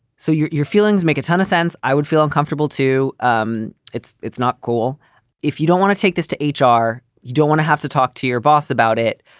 so your your feelings make a ton of sense. i would feel uncomfortable too. um it's it's not cool if you don't want to take this to h r. you don't want to have to talk to your boss about it.